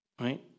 right